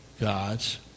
god's